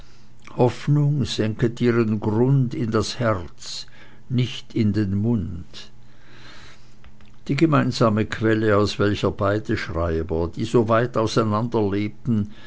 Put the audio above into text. hoffnung senket ihren grund in das herz nicht in den mund die gemeinsame quelle aus welcher beide schreiber die so weit auseinander